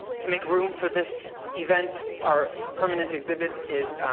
to make room for this event, our permanent exhibit is